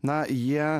na jie